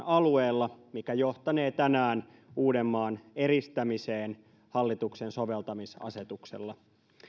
alueella mikä johtanee tänään uudenmaan eristämiseen hallituksen soveltamisasetuksella